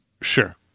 sure